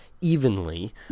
evenly